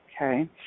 Okay